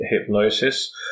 hypnosis